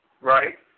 Right